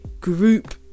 group